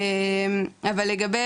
לגבי